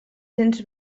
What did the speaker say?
cents